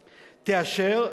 תאשר,